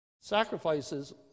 sacrifices